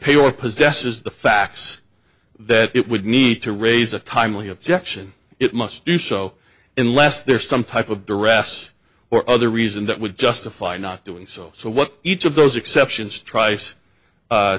pay or possesses the facts that it would need to raise a timely objection it must do so unless there is some type of duress or other reason that would justify not doing so so what each of those exceptions tri